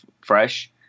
fresh